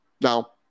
Now